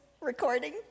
recording